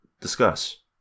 Discuss